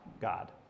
God